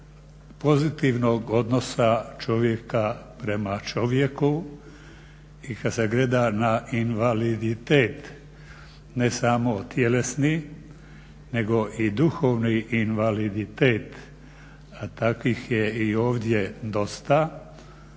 pozitivnog odnosa čovjeka prema čovjeku i kad se gleda na invaliditet ne samo tjelesni nego i duhovni invaliditet, a takvih je i ovdje dosta